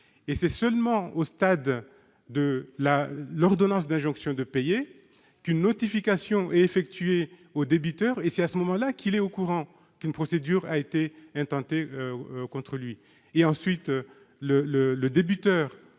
c'est seulement au stade de l'ordonnance d'injonction de payer qu'une notification est adressée au débiteur, et c'est à ce moment-là qu'il est informé qu'une procédure a été intentée contre lui. Le débiteur